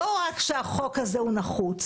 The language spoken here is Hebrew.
שלא רק שהחוק הזה נחוץ,